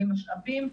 משאבים,